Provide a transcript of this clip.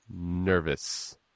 nervous